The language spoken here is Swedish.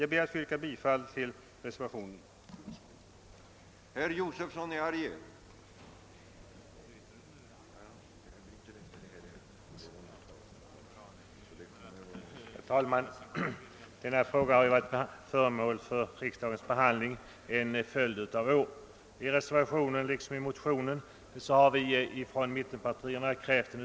Jag ber att få yrka bifall till reservationen 12.